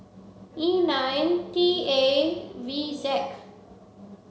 E nine T A V